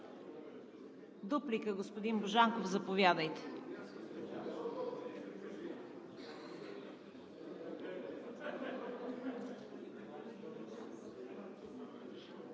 Дуплика – господин Божанков, заповядайте.